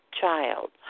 child